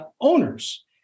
owners